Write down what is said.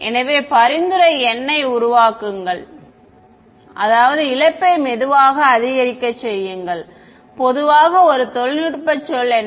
எனவே பரிந்துரை n ஐ உருவாக்குங்கள் அதாவது இழப்பை மெதுவாக அதிகரிக்கச் செய்யுங்கள் மெதுவாக ஒரு தொழில்நுட்ப சொல் என்ன